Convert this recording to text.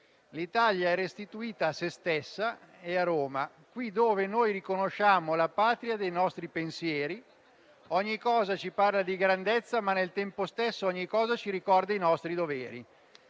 «L'Italia è restituita a se stessa e a Roma, qui dove noi riconosciamo la Patria dei nostri pensieri, ogni cosa ci parla di grandezza, ma nel tempo stesso ogni cosa ci ricorda i nostri doveri».